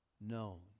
known